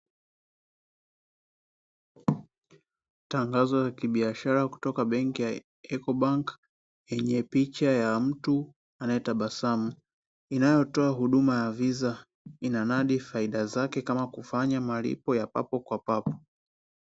Tangazo la kibiashara kutoka benki ya "ecobank", yenye picha ya mtu anayetabasamu, inayotoa huduma ya viza ina nadi faida zake kama kufanya malipo ya papo kwa papo.